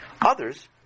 Others